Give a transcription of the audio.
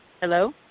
Hello